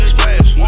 Splash